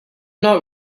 not